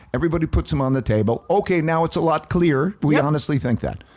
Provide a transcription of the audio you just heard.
everybody puts them on the table. okay, now it's a lot clearer, do we honestly think that?